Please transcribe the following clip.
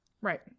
right